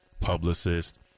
publicist